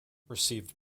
received